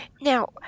Now